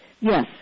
yes